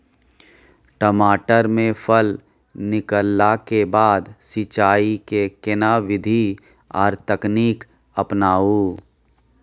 टमाटर में फल निकलला के बाद सिंचाई के केना विधी आर तकनीक अपनाऊ?